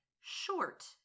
short